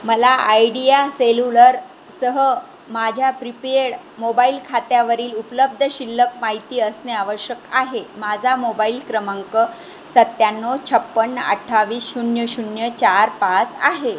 मला आयडिया सेलुलरसह माझ्या प्रिपेड मोबाईल खात्यावरील उपलब्ध शिल्लक माहिती असणे आवश्यक आहे माझा मोबाईल क्रमांक सत्त्याण्णव छप्पन्न अठ्ठावीस शून्य शून्य चार पाच आहे